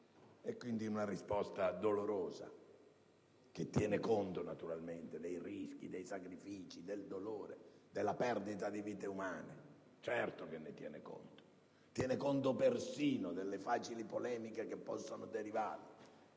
È quindi una risposta dolorosa, che tiene conto naturalmente dei rischi, dei sacrifici, del dolore, della perdita di vite umane: certo che ne tiene conto! Tiene conto persino delle facili polemiche che possono derivare.